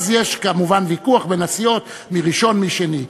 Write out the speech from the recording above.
אז יש כמובן ויכוח בין הסיעות מי ראשון ומי שני,